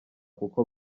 kuko